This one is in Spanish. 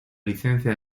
licencia